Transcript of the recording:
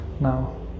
Now